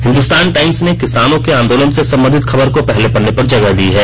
हिन्दुस्तान टाईम्स ने किसानों के आंदोलन सं संबंधित खबर को पहले पन्ने पर जगह दी है